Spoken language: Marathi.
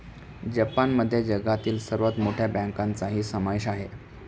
जपानमध्ये जगातील सर्वात मोठ्या बँकांचाही समावेश आहे